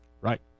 Right